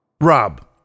Rob